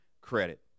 credit